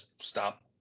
stop